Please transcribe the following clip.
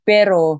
Pero